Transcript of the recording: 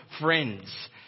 Friends